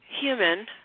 human